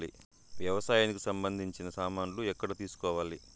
వ్యవసాయానికి సంబంధించిన సామాన్లు ఎక్కడ తీసుకోవాలి?